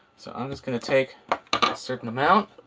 so i'm just gonna take a certain amount